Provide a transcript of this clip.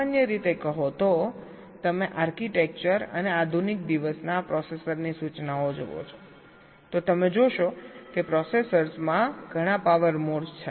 સામાન્ય રીતે કહો તો તમે આર્કિટેક્ચર અને આધુનિક દિવસના પ્રોસેસરની સૂચનાઓ જુઓ છો તો તમે જોશો કે પ્રોસેસર્સમાં ઘણા પાવર મોડ્સ છે